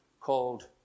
called